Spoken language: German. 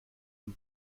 dem